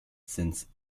since